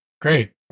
great